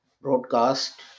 broadcast